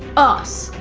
us,